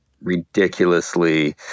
ridiculously